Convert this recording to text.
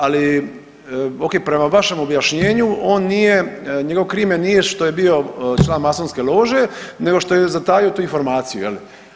Ali ok, prema vašem objašnjenju on nije njegov krimen nije što je bio član masonske lože nego što je zatajio tu informaciju je li?